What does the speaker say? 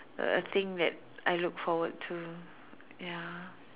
a thing that I look forward to ya